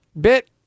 bit